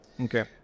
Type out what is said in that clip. Okay